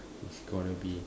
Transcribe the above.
it's gonna be